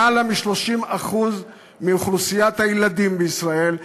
למעלה מ-30% מאוכלוסיית הילדים בישראל,